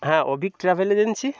হ্যাঁ Abhik travel agency